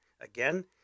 again